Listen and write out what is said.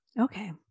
Okay